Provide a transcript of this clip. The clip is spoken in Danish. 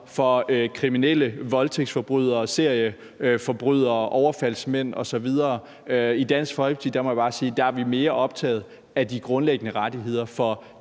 for kriminelle, voldtægtsforbrydere, serieforbrydere, overfaldsmænd osv. Jeg må bare sige, at i Dansk Folkeparti er vi mere optaget af de grundlæggende rettigheder for